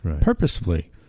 purposefully